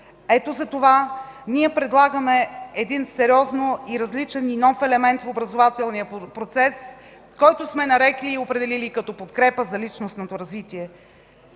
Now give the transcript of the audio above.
Ето затова ние предлагаме един сериозен и различен нов елемент в образователния процес, който сме нарекли и определили като „подкрепа за личностното развитие”.